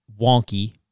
wonky